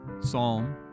Psalm